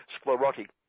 sclerotic